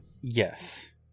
yes